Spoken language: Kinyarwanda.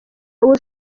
ubu